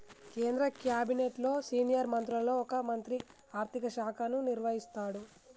కేంద్ర క్యాబినెట్లో సీనియర్ మంత్రులలో ఒక మంత్రి ఆర్థిక శాఖను నిర్వహిస్తాడు